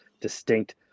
distinct